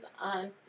on